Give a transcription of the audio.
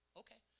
okay